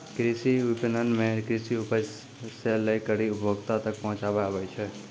कृषि विपणन मे कृषि उपज से लै करी उपभोक्ता तक पहुचाबै आबै छै